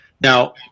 Now